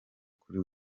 kuri